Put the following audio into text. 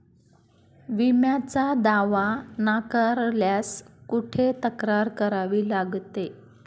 विम्याचा दावा नाकारल्यास कुठे तक्रार करावी लागते?